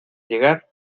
llegar